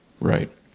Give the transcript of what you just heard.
right